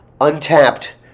untapped